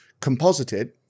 composited